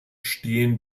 stehen